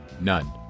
None